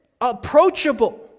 approachable